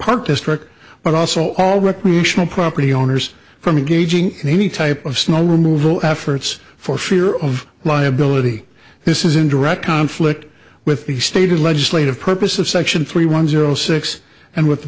park district but also all recreational property owners from engaging in any type of snow removal efforts for fear of liability this is in direct conflict with the stated legislative purpose of section three one zero six and with the